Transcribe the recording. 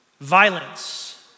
Violence